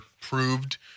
proved